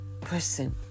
Person